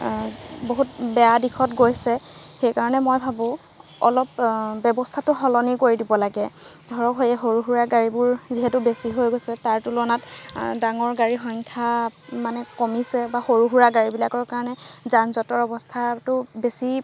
বহুত বেয়া দিশত গৈছে সেইকাৰণে মই ভাবোঁ অলপ ব্যৱস্থাটো সলনি কৰি দিব লাগে ধৰক এই সৰু সুৰা গাড়ীবোৰ যিহেতু বেছি হৈ গৈছে তাৰ তুলনাত ডাঙৰ গাড়ীৰ সংখ্যা মানে কমিছে বা সৰু সুৰা গাড়ীবিলাকৰ কাৰণে যানজঁটৰ অৱস্থাটো বেছি